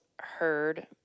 heard